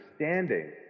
understanding